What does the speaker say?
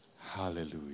Hallelujah